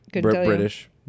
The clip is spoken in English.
British